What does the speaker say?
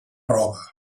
roba